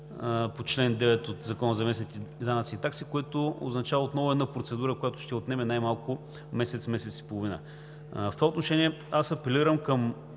по чл. 9 от Закона за местните данъци и такси, което означава отново една процедура, която ще отнеме най-малко месец, месец и половина. В това отношение аз апелирам към